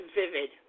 vivid